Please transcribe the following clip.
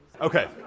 Okay